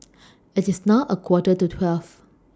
IT IS now A Quarter to twelve